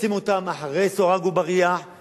לשים אותם מאחורי סורג ובריח,